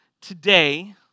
today